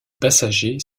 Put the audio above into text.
passagers